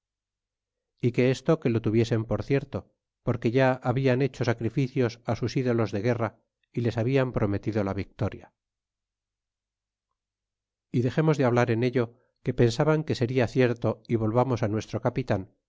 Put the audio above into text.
ó que esto que lo tuviesen por cierto porque ya hablan hecho sacrificios sus ídolos de guerra y les han prometido la victoria y dexemos de hablar en ello que pensaban que seria cierto é volvamos a nuestro capitan